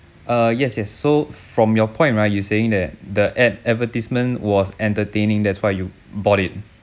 uh yes yes so from your point right you saying that the ad advertisement was entertaining that's why you bought it